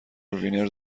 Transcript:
وینر